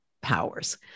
powers